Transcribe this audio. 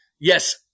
yes